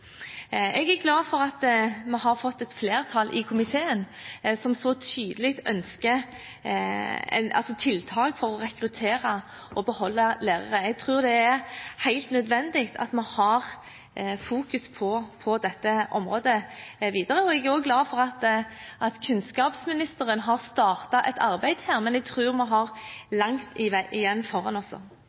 Jeg er glad for at vi har fått et flertall i komiteen som så tydelig ønsker tiltak for å rekruttere og beholde lærere. Jeg tror det er helt nødvendig at vi har fokus på dette området videre. Jeg er også glad for at kunnskapsministeren har startet et arbeid her, men jeg tror vi har langt igjen. Så handler denne saken ikke bare om rekruttering. Den handler også